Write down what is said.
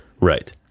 Right